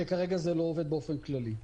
שכרגע זה לא עובד באופן כללי.